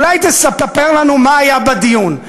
אולי תספר לנו מה היה בדיון?